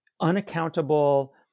unaccountable